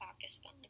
Pakistan